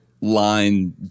line